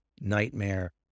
nightmare